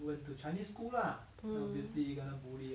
mm